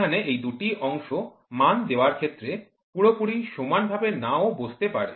এখানে এই দুটি অংশ মান দেওয়ার ক্ষেত্রে পুরোপুরি সমান ভাবে না ও বসতে পারে